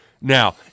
Now